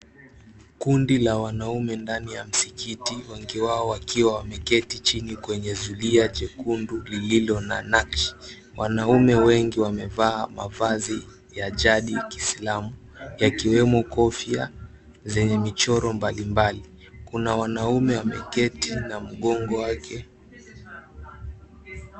Kundi la wanaume ndani ya msikiti, wengi wao wakiwa wameketi chini kwenye zulia jekundu lililo na nakshi. Wanaume wengi wamevaa mavazi ya jadi kiislamu yakiwemo kofia zenye michoro mbalimbali. Kuna wanaume wameketi na mgongo wake,